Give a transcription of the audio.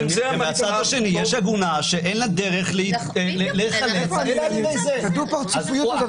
ומהצד השני יש עגונה שאין לה דרך להיחלץ --- את הדו-פרצופיות הזאת,